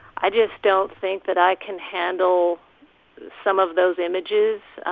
i just don't think that i can handle some of those images.